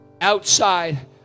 outside